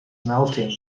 melting